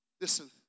Listen